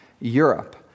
Europe